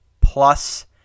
plus